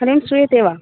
हरिं श्रूयते वा